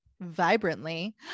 vibrantly